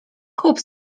kup